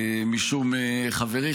חברי,